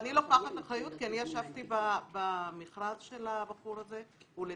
ואני לוקחת אחריות כי אני ישבתי במכרז של הבחור הזה ולצערי,